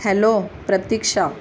hello Pratiksha